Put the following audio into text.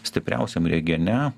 stipriausiam regione